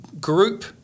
group